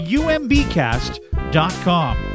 umbcast.com